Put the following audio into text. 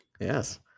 Yes